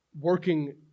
working